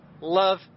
love